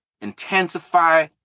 intensify